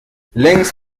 längst